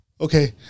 Okay